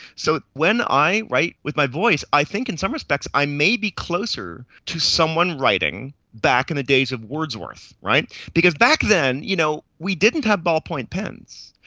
so when i write with my voice i think in some respects i may be closer to someone writing back in the days of wordsworth, because back then you know we didn't have ballpoint pens,